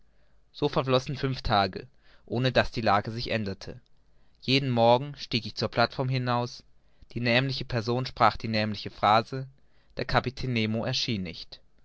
so verflossen fünf tage ohne daß die lage sich änderte jeden morgen stieg ich zur plateform hinaus die nämliche person sprach die nämliche phrase der kapitän nemo erschien nicht